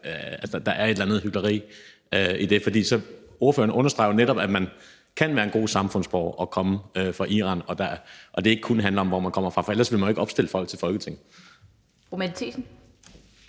at der er et eller andet hykleri i det? Ordføreren understreger netop, at man kan være en god samfundsborger og komme fra Iran, og at det ikke kun handler om, hvor man kommer fra, for ellers ville man jo ikke opstille folk til Folketinget. Kl. 20:16